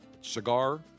cigar